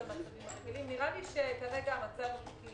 נראה לי שכרגע המצב הוקי